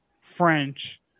French